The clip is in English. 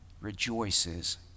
rejoices